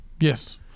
Yes